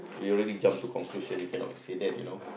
you already jump to conclusion you cannot say that you know